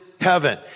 heaven